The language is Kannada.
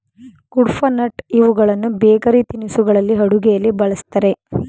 ಕುಡ್ಪನಟ್ ಇವುಗಳನ್ನು ಬೇಕರಿ ತಿನಿಸುಗಳಲ್ಲಿ, ಅಡುಗೆಯಲ್ಲಿ ಬಳ್ಸತ್ತರೆ